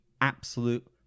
absolute